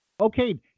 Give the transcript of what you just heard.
Okay